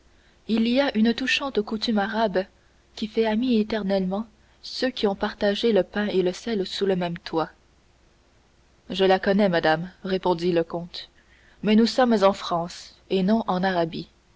il y a une touchante coutume arabe qui fait amis éternellement ceux qui ont partagé le pain et le sel sous le même toit je la connais madame répondit le comte mais nous sommes en france et non en arabie